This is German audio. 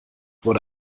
wurde